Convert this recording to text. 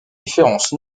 différences